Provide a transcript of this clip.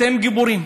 אתם גיבורים.